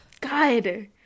God